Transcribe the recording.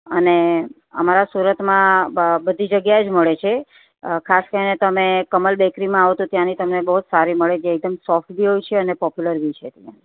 અને અમારા સુરતમાં બધી જગ્યાએ જ મળે છે ખાસ કરીને તમે કમલ બેકરીમાં આવો તો ત્યાંની તમે બહુ જ સારી મળે છે એકદમ સોફ્ટ બી હોય છે અને પોપ્યુલર બી છે એકદમ